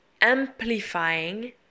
amplifying